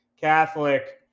Catholic